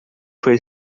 foi